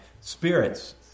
Spirits